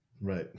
Right